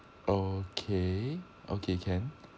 okay okay can